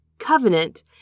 covenant